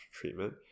treatment